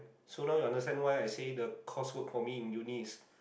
so now you understand why I said the course work for me in Uni is